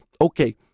okay